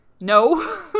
No